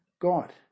God